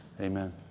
amen